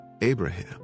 Abraham